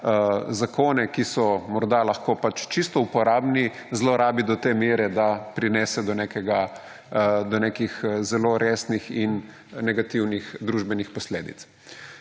zakone, ki so morda lahko čisto uporabni, zlorabi do te mere, da prinese do nekih zelo resnih in negativnih družbenih posledic.